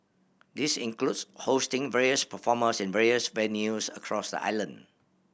this includes hosting various performers in various venues across the island